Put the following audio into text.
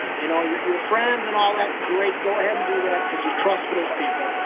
you know you're you're friends and all that, great. go ahead and do that because you trust those people.